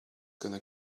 gonna